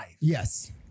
Yes